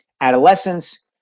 adolescence